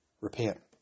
Repent